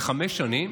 לחמש שנים,